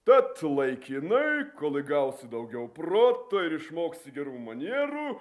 tad laikinai kol įgausi daugiau proto ir išmoksi gerų manierų